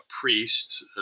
priests